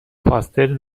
پاستل